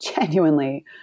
genuinely